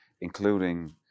including